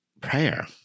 Prayer